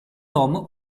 tom